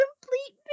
complete